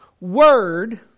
word